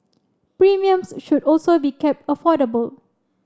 premiums should also be kept affordable